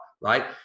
right